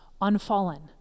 unfallen